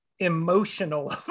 emotional